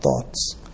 thoughts